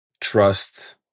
trust